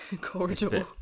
Corridor